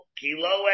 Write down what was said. kilo